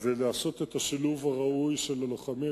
ולעשות את השילוב הראוי של הלוחמים,